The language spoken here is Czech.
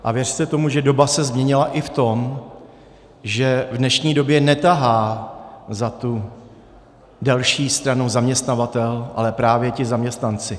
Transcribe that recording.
A věřte tomu, že doba se změnila i v tom, že v dnešní době netahá za tu delší stranu zaměstnavatel, ale právě ti zaměstnanci.